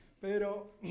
Pero